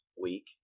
week